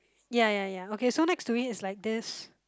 ya ya ya okay so next to it is like this